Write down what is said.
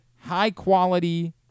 high-quality